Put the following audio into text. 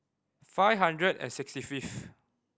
five hundred and sixty fifth